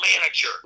manager –